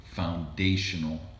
Foundational